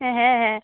হ্যাঁ হ্যাঁ